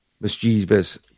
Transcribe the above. mischievous